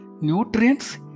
nutrients